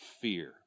fear